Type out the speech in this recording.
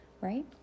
right